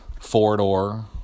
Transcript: four-door